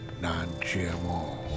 non-GMO